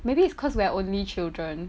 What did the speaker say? maybe it's cause we are only children